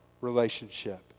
relationship